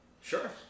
Sure